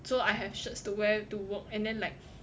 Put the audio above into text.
so I have shirts to wear to work and then like